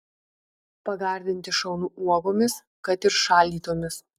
pagardinti šaunu uogomis kad ir šaldytomis